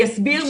אני אסביר,